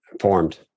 formed